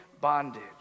bondage